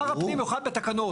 שר הפנים יוכל היו בתקנות,